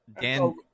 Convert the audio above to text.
Dan